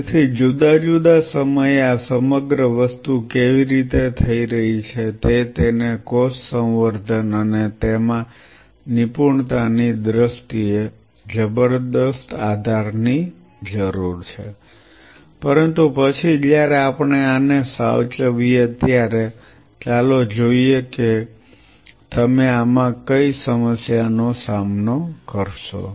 તેથી જુદા જુદા સમયે આ સમગ્ર વસ્તુ કેવી રીતે થઈ રહી છે તે તેને કોષ સંવર્ધન અને તેમાં નિપુણતાની દ્રષ્ટિએ જબરદસ્ત આધાર ની જરૂર છે પરંતુ પછી જ્યારે આપણે આને સાચવીએ ત્યારે ચાલો જોઈએ કે તમે આમાં કઈ સમસ્યાઓનો સામનો કરશો